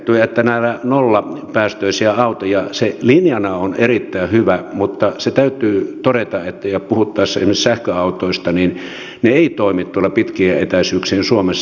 se mitä täällä on esitetty näistä nollapäästöisistä autoista on linjana erittäin hyvä mutta se täytyy todeta puhuttaessa esimerkiksi sähköautoista että ne eivät toimi tuolla pitkien etäisyyksien suomessa